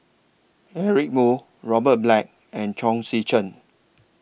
Eric Moo Robert Black and Chong Tze Chien